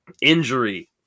Injury